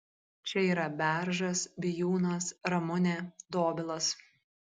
čia yra beržas bijūnas ramunė dobilas